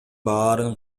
баарын